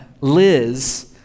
Liz